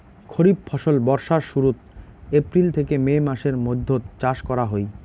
খরিফ ফসল বর্ষার শুরুত, এপ্রিল থেকে মে মাসের মৈধ্যত চাষ করা হই